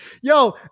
Yo